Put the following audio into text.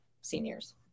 seniors